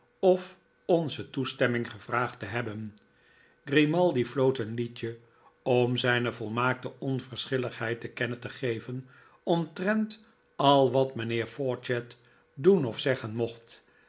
of onze toestemming gevraagd te hebben grimaldi floot een liedje om zijne volmaakte onverschilligheid te kennen te geven omtrent al wat mijnheer fawcett doen of zeggen mocht